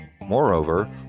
Moreover